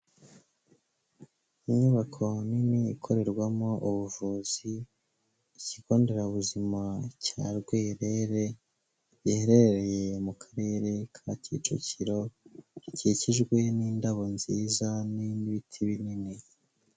Inyubako nini ikorerwamo ubuvuzi, ikigo nderabuzima cya Rwerere giherereye mu Karere ka Kicukiro, gikikijwe n'indabo nziza n'ibiti binini.